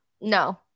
no